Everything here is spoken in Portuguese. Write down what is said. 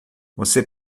você